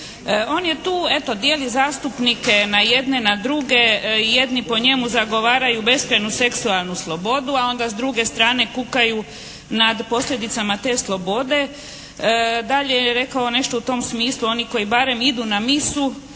On je tu, eto dijeli zastupnike na jedne, na druge. Jedni po njemu zagovaraju beskrajnu seksualnu slobodu, a onda s druge strane kukaju nad posljedicama te slobode. Dalje je rekao nešto u tom smislu. Oni koji barem idu na misu